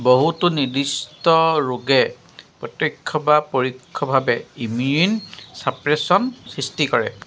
বহুতো নিৰ্দিষ্ট ৰোগে প্ৰত্যক্ষ বা পৰোক্ষভাৱে ইমিউন'চাপ্ৰেচন সৃষ্টি কৰে